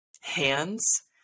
hands